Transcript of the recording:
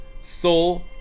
soul